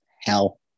Hell